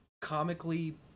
comically